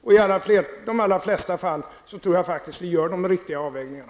Jag tror faktiskt att vi i de allra flesta fall gör riktiga avvägningar.